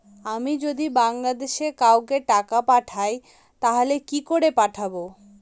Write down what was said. আমি যদি বাংলাদেশে কাউকে টাকা পাঠাই তাহলে কি করে পাঠাবো?